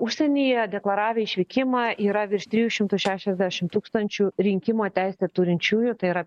užsienyje deklaravę išvykimą yra virš trijų šimtų šešiasdešim tūkstančių rinkimo teisę turinčiųjų tai yra